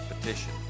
petition